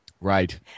Right